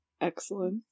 Excellent